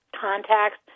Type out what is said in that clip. contacts